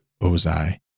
Ozai